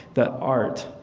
the art,